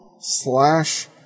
slash